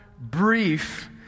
brief